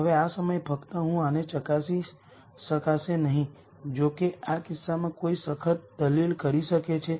તેથી ત્યાં r શૂન્ય આઇગન વૅલ્યુઝ છે